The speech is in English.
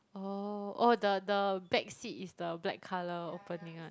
orh oh the the back seat is the black colour opening [one]